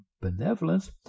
benevolence